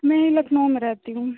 मैंने लखनऊ में रहती हूँ